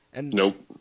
Nope